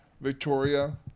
Victoria